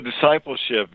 discipleship